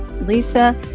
Lisa